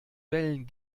wellen